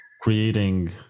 creating